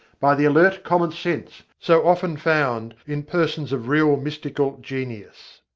by the alert commonsense so often found in persons of real mystical genius.